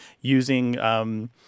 using